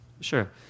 Sure